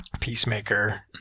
Peacemaker